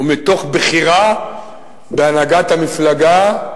ומתוך בחירה של הנהגת המפלגה,